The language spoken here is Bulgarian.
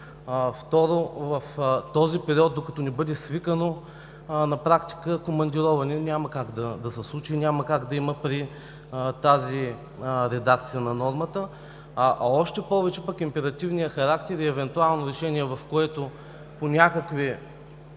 Второ, в този период, докато не бъде свикано, на практика командировани – няма как да се случи, няма как да има при тази редакция на нормата, а още повече пък императивният характер и евентуално решение, в което по някакви